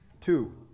two